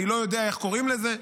אני לא יודע איך קוראים לזה.